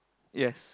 yes